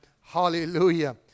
Hallelujah